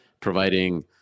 Providing